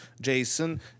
Jason